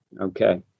Okay